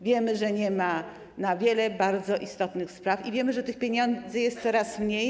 Wiemy, że nie ma na wiele bardzo istotnych spraw i wiemy, że tych pieniędzy jest coraz mniej.